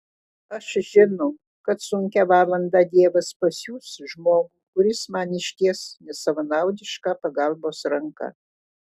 aš žinau kad sunkią valandą dievas pasiųs žmogų kuris man išties nesavanaudišką pagalbos ranką